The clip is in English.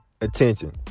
attention